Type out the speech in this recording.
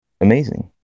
Amazing